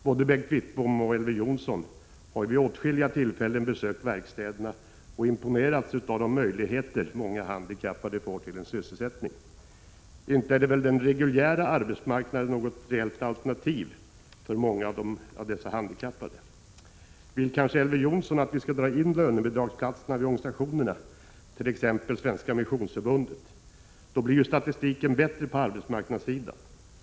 Både Bengt Wittbom och Elver Jonsson har vid åtskilliga tillfällen besökt verkstäderna och imponerats av de möjligheter många handikappade får till en sysselsättning. Inte är väl den reguljära arbetsmarknaden något reellt alternativ för många av dessa handikappade. Vill kanske Elver Jonsson att vi skall dra in lönebidragsplatserna vid organisationerna, t.ex. Svenska missionsförbundet? Då blir ju statistiken bättre på arbetsmarknadssidan.